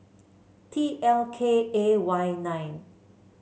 T L K A Y nine